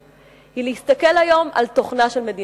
היא להסתכל היום על תוכנה של מדינת ישראל.